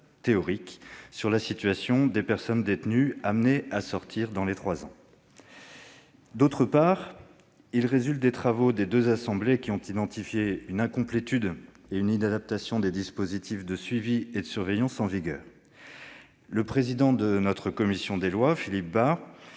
théoriques, sur la situation des personnes détenues appelées à sortir d'ici à trois ans. D'autre part, il résulte des travaux des deux assemblées une incomplétude et une inadaptation des dispositifs de suivi et de surveillance en vigueur. Le président de notre commission des lois, Philippe Bas,